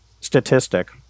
statistic